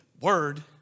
Word